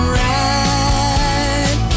right